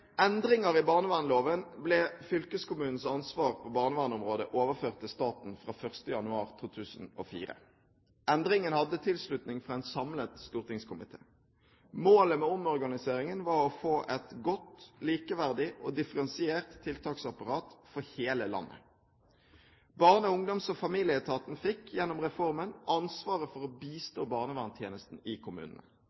endringer i barnevernsloven ble fylkeskommunens ansvar på barnevernsområdet overført til staten fra 1. januar 2004. Endringen hadde tilslutning fra en samlet stortingskomité. Målet med omorganiseringen var å få et godt, likeverdig og differensiert tiltaksapparat for hele landet. Barne-, ungdoms- og familieetaten fikk, gjennom reformen, ansvaret for å